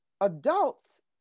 adults